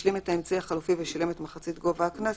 השלים את האמצעי החלופי ושילם את מחצית גובה הקנס,